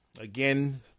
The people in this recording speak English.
Again